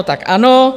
Tak ano.